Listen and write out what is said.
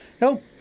Nope